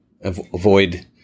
avoid